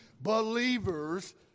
believers